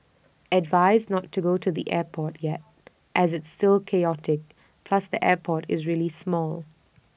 advised not to go to the airport yet as it's still chaotic plus the airport is really small